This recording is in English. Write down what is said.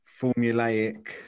formulaic